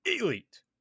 Elite